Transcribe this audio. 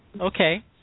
Okay